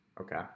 okay